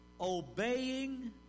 obeying